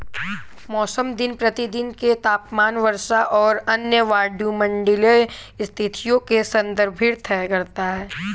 मौसम दिन प्रतिदिन के तापमान, वर्षा और अन्य वायुमंडलीय स्थितियों को संदर्भित करता है